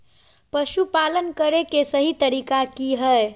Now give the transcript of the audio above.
पशुपालन करें के सही तरीका की हय?